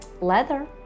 leather